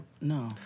no